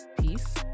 peace